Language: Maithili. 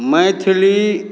मैथिली